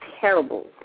terrible